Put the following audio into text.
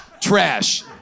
trash